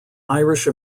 irish